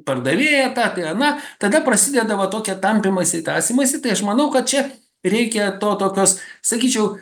pardavėja ta tai ana tada prasideda va tokie tampymaisi tąsymaisi tai aš manau kad čia reikia to tokios sakyčiau